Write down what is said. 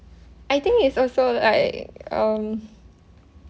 I think is also like um